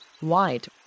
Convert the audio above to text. white